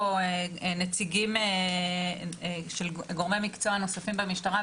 נציגים של גורמי מקצוע נוספים במשטרה,